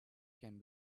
can